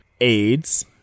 AIDS